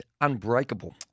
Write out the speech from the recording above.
unbreakable